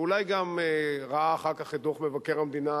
ואולי גם ראה אחר כך את דוח מבקר המדינה